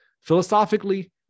philosophically